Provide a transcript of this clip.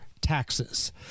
taxes